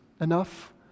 enough